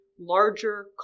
larger